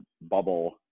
bubble